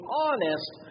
honest